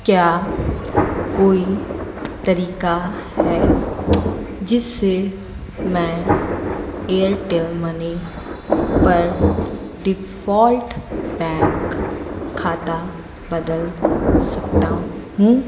क्या कोई तरीका है जिससे मैं एयरटेल मनी पर डिफ़ॉल्ट बैंक खाता बदल सकता हूँ